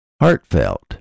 heartfelt